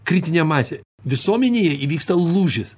kritinė masė visuomenėje įvyksta lūžis